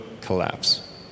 collapse